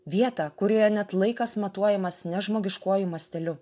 vietą kurioje net laikas matuojamas ne žmogiškuoju masteliu